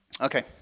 Okay